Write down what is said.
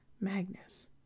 magnus